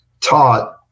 taught